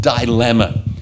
dilemma